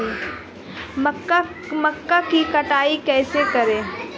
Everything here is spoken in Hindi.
मक्का की कटाई कैसे करें?